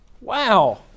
Wow